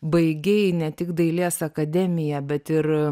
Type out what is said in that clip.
baigei ne tik dailės akademiją bet ir